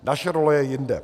Naše role je jinde.